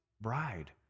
bride